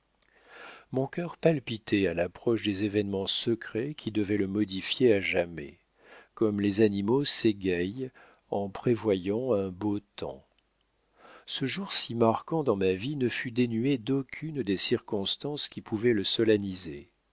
mon cœur palpitait à l'approche des événements secrets qui devaient le modifier à jamais comme les animaux s'égaient en prévoyant un beau temps ce jour si marquant dans ma vie ne fut dénué d'aucune des circonstances qui pouvaient le solenniser